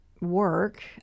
work